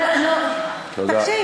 תקשיב.